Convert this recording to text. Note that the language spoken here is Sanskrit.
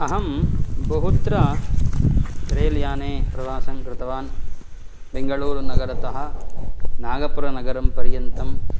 अहं बहुत्र रेल् याने प्रवासङ्कृतवान् बेङ्गलुरुनगरतः नागपुरनगरं पर्यन्तं